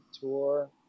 tour